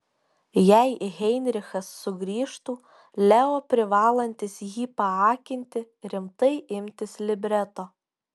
jei heinrichas sugrįžtų leo privalantis jį paakinti rimtai imtis libreto